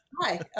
hi